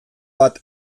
bat